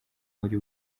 muri